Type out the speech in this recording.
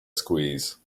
squeeze